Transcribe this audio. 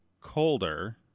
colder